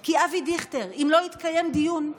כי אם לא התקיים דיון,